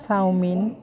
chowmein